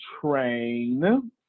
train